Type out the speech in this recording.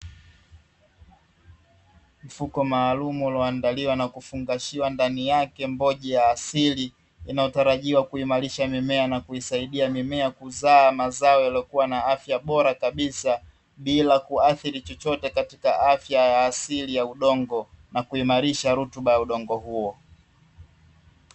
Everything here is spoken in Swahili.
Mfuko maalumu ulioandaliwa na kufungwa ndani yake mboji ya asili, inayotarajia kuimarisha mimea na kuisaidia mimea kuzaa mazao yaliyokuwa na afya bora kabisa, bila kuathiri chochote katika afya ya asili ya udongo, na kuhimarisha rutuba ya udongo huo.